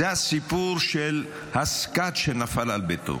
זה הסיפור של הסקאד שנפל על ביתו.